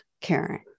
caring